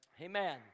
Amen